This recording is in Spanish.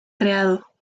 creado